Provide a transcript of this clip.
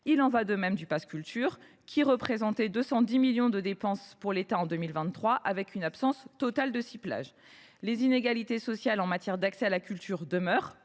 Il en va de même du pass Culture, qui représentait 210 millions d’euros de dépenses pour l’État en 2023, sans aucun ciblage. Les inégalités sociales en matière d’accès à la culture demeurent.